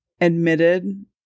admitted